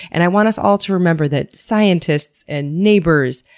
and i want us all to remember that scientists, and neighbors,